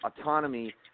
autonomy